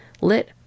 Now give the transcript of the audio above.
lit